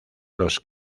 los